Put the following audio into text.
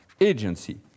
agency